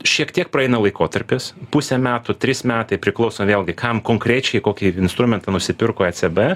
šiek tiek praeina laikotarpis pusė metų trys metai priklauso vėlgi kam konkrečiai kokį instrumentą nusipirko ecb